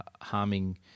harming